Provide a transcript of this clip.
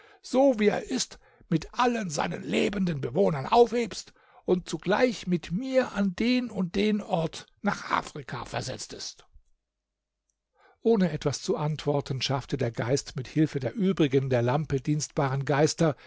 so wie er ist mit allen seinen lebenden bewohnern aufhebst und zugleich mit mir an den und den ort nach afrika versetzest ohne etwas zu antworten schaffte der geist mit hilfe der übrigen der lampe dienstbaren geister